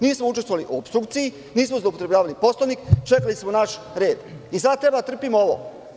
Nismo učestvovali u opstrukciji, nismo zloupotrebljavali Poslovnik, čekali smo naš red i sada treba da trpimo ovo.